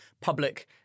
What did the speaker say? public